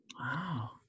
wow